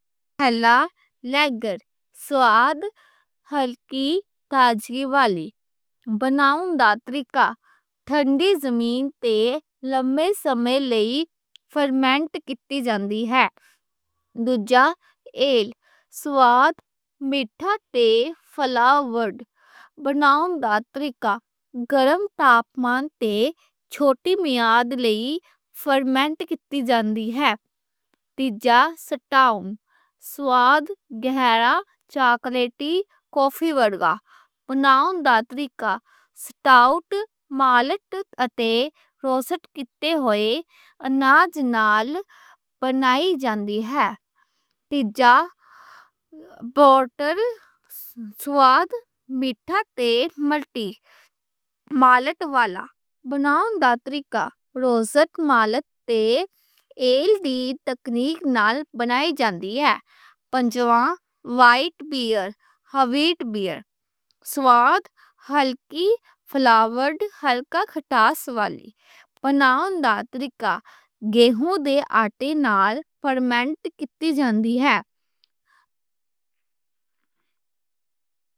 پہلا لیگر، سواد ہلکی، تازگی والی، بناؤن دا طریقہ ٹھنڈی زمین تے لمبے سمے لئے فرمنٹ کِتی جاندی ہے۔ دوجھا ایل، سواد مٹھا تے فلاور، بناؤن دا طریقہ گرم تاپمان تے چھوٹی میعاد لئے فرمنٹ کِتی جاندی ہے۔ تیجہ سٹاؤٹ، سواد گہرا چاکلیٹی کافی ورگا، بناؤن دا طریقہ سٹاؤٹ مالٹ اتے روسٹ کِتے ہوئے اناج نال بنائی جاندی ہے۔ تیجہ پورٹر سواد مٹھا تے ملٹی مالٹ والا، بناؤن دا طریقہ روسٹ مالٹ تے ایل دی تکنیک نال بنائی جاندی ہے۔ پنجواں وائٹ بیئر، ویٹ بیئر، سواد ہلکی، فلاور، ہلکا خٹاس والی، بناؤن دا طریقہ گہوں دے آٹے نال فرمنٹ کِتی جاندی ہے۔